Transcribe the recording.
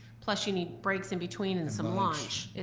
plus you need breaks in between and some lunch,